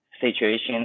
situation